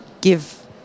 give